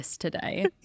today